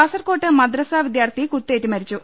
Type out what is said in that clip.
കാസർക്കോട്ട് മദ്രസ വിദ്യാർത്ഥി കുത്തേറ്റ് മരിച്ചു